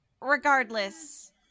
regardless